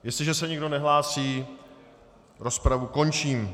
Jestliže se nikdo nehlásí, rozpravu končím.